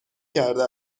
کرده